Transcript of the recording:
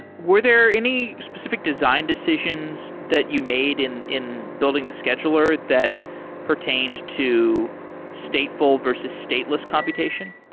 were there any specific design decisions that you made in in building the scheduler that pertained to stateful versus stateless computation?